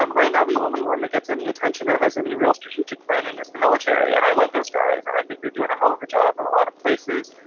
um right now, the only one that gets any attention or has any real strategic planning is the military. and i love those guys and i think they're doing a hell of a job and a lot of places.